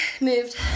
moved